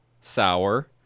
sour